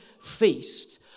feast